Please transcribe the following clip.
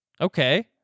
Okay